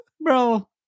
Bro